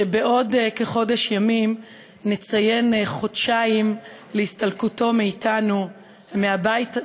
שבעוד כחודש ימים נציין חודשיים להסתלקותו מאתנו ומהבית,